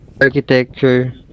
architecture